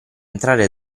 entrare